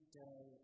day